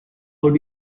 would